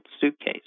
suitcase